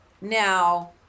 now